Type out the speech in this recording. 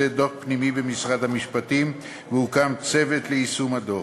דוח פנימי במשרד המשפטים והוקם צוות ליישום הדוח.